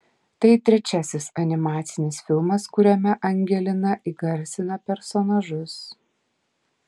tai trečiasis animacinis filmas kuriame angelina įgarsina personažus